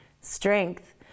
strength